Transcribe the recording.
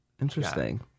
Interesting